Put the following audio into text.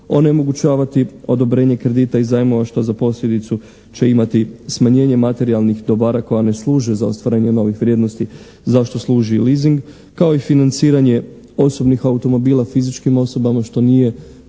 onemogućavati odobrenje kredita i zajmova što za posljedicu će imati smanjenje materijalnih dobara koja ne služe za ostvarenje novih vrijednosti zašto služi leasing, kao i financiranje osobnih automobila fizičkim osobama što nije naravno